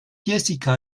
jessica